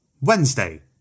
Wednesday